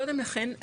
קודם לכן,